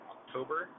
October